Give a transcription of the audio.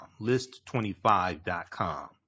list25.com